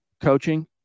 coaching